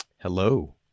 Hello